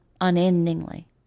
unendingly